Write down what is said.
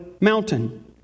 mountain